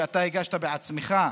אתה הגשת בעצמך,